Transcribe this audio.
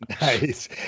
nice